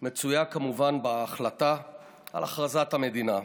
מצוי כמובן בהחלטה על הכרזת המדינה,